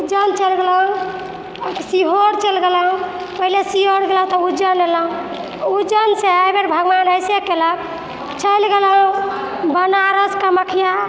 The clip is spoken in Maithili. उज्जैन चलि गेलहुॅं सीहोर चलि गेलहुॅं पहिले सीहोर गेलहुॅं तब उज्जैन अयलहुॅं उज्जैन से एहिबेर भगवान ऐसे केलक चलि गेलहुॅं बनारस कामख्या